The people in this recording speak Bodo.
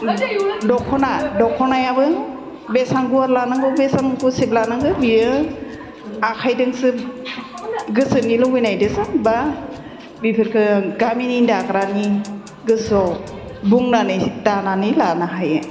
दख'ना दख'नायाबो बेसेबां गुवार लानांगौ बेसेबां गुसेब लानांगौ बियो आखाइजोंसो गोसोनि लुबैनायदोंसो बा बेफोरखौ गामिनि दाग्रानि गोसोआव बुंनानै दानानै लानो हायो